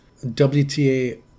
WTA